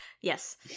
Yes